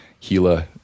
Gila